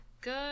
Good